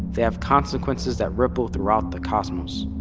they have consequences that ripple throughout the cosmos.